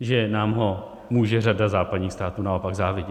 že nám ho může řada západních států naopak závidět.